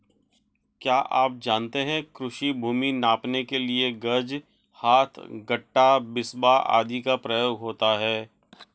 क्या आप जानते है कृषि भूमि नापने के लिए गज, हाथ, गट्ठा, बिस्बा आदि का प्रयोग होता है?